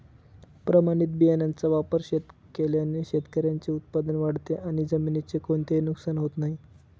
प्रमाणित बियाण्यांचा वापर केल्याने शेतकऱ्याचे उत्पादन वाढते आणि जमिनीचे कोणतेही नुकसान होत नाही